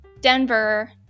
Denver